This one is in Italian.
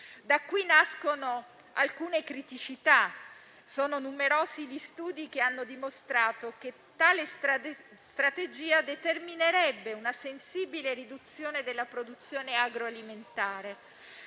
Da qui nascono alcune criticità. Sono numerosi gli studi che hanno dimostrato che tale strategia determinerebbe una sensibile riduzione della produzione agroalimentare,